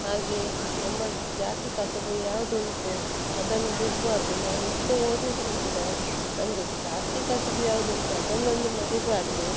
ಹಾಗೆ ನಮ್ಮ ಜಾತಿ ಕಸುಬು ಯಾವುದುಂಟು ಅದನ್ನು ಬಿಡಬಾರ್ದು ನಾವು ಎಷ್ಟು ಓದಿದರೆ ಕೂಡ ನಮ್ಮದು ಜಾತಿ ಕಸುಬು ಯಾವುದುಂಟು ಅದನ್ನೊಂದು ಮರಿಬಾರದು